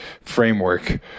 framework